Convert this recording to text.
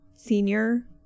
senior